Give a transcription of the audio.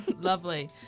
Lovely